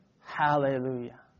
Hallelujah